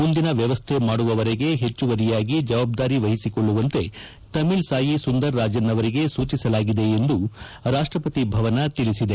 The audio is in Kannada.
ಮುಂದಿನ ವ್ಯವಸ್ಥೆ ಮಾಡುವವರೆಗೆ ಹೆಚ್ಚುವರಿಯಾಗಿ ಜವಾಬ್ದಾರಿ ವಹಿಸಿಕೊಳ್ಳುವಂತೆ ತಮಿಳ್ಸಾಯಿ ಸುಂದರರಾಜನ್ ಅವರಿಗೆ ಸೂಚಿಸಲಾಗಿದೆ ಎಂದು ರಾಷ್ಟಪತಿ ಭವನ ತಿಳಿಸಿದೆ